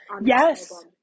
Yes